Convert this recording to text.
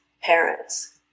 parents